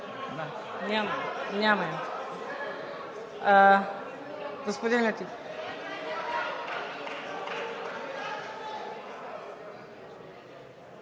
Няма